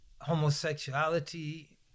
homosexuality